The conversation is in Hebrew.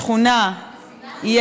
בשכונה יש